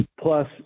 plus